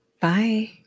Bye